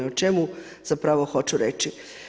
O čemu zapravo hoću reći.